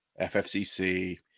FFCC